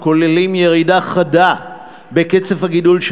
הכוללים ירידה חדה בקצב הגידול של